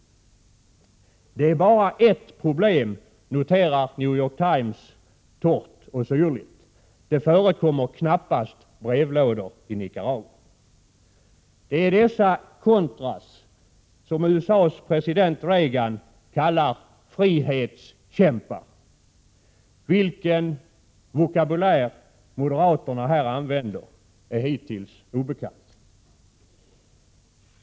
Det finns bara ett problem, noterar The New York Times torrt och syrligt. Det förekommer knappast brevlådor i Nicaragua. Det är dessa contras som USA:s president Reagan kallar frihetskämpar. Vilken vokabulär moderaterna här använder är hittills obekant.